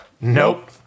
Nope